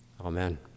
Amen